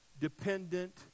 dependent